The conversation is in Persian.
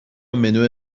منو